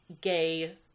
gay